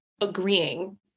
agreeing